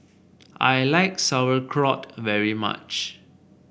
I like Sauerkraut very much